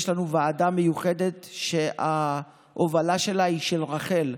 יש לנו ועדה מיוחדת שההובלה שלה היא של רח"ל,